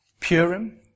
Purim